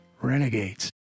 renegades. ¶¶